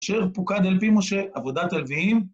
אשר פוקד על פי משה, עבודת הלוויים.